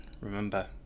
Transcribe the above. remember